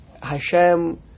Hashem